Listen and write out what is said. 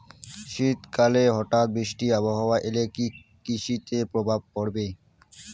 শীত কালে হঠাৎ বৃষ্টি আবহাওয়া এলে কি কৃষি তে প্রভাব পড়বে?